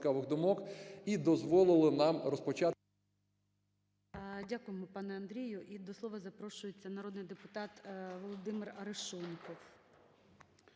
Дякуємо, пане Андрію. І до слова запрошується народний депутат Володимир Арешонков.